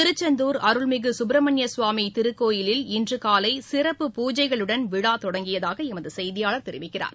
திருச்செந்தார் அருள்மிகுசுப்பிரமணியசுவாமிதிருக்கோவிலில் இன்றுகாலைசிறப்பு பூஜைகளுடன் விழாதொடங்கியதாகஎமதுசெய்தியாளர் தெரிவிக்கிறார்